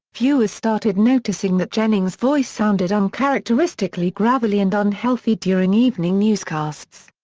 viewers started noticing that jennings' voice sounded uncharacteristically gravelly and unhealthy during evening newscasts.